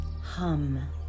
hum